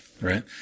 right